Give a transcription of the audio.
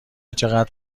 چقدر